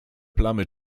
plamy